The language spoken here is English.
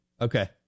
Okay